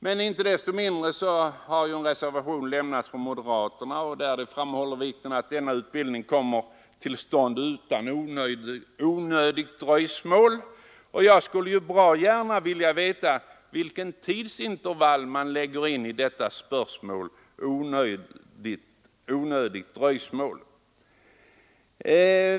Men inte desto mindre har en reservation avlämnats av moderaterna, vari de framhåller vikten av att denna utbildning kommer till stånd utan onödigt dröjsmål. Jag skulle bra gärna vilja veta vilket tidsintervall man lägger in i uttrycket ”utan onödigt dröjsmål”.